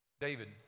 David